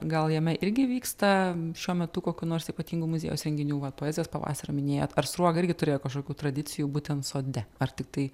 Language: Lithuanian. gal jame irgi vyksta šiuo metu kokių nors ypatingų muziejaus renginių va poezijos pavasarį minėjot ar sruoga irgi turėjo kažokių tradicijų būtent sode ar tiktai